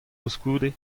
koulskoude